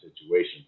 situation